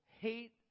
hate